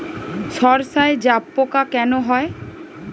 সর্ষায় জাবপোকা কেন হয়?